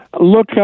look